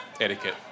etiquette